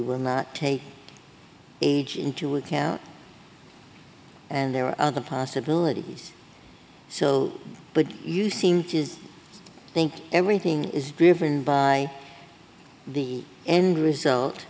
will not take age into account and there are other possibilities so but you seem to think everything is driven by the end result